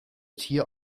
tier